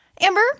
Amber